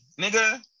nigga